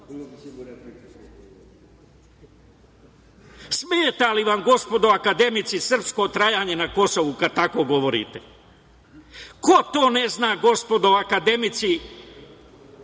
li vam, gospodo akademici, srpsko trajanje na Kosovu kad tako govorite? Ko to ne zna, gospodo akademici,